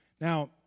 Now